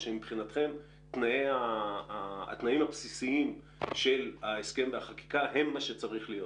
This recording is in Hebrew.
או שמבחינתכם התנאים הבסיסיים של ההסכם והחקיקה הם מה שצריך להיות?